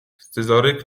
scyzoryk